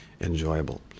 enjoyable